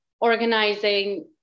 organizing